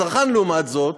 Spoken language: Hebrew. הצרכן, לעומת זאת,